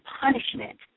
punishment